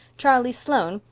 charlie sloane,